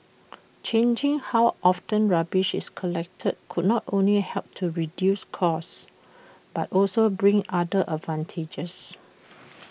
changing how often rubbish is collected could not only help to reduce costs but also bring other advantages